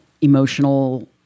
emotional